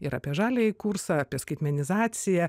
ir apie žaliąjį kursą apie skaitmenizaciją